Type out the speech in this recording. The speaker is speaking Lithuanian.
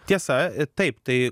tiesa taip tai